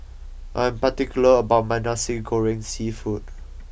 I'm particular about my Nasi Goreng Seafood